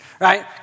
right